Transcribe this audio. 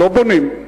לא בונים.